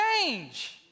change